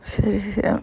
சரி:sari